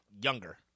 younger